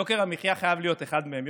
ויוקר המחיה חייב להיות אחד מהם.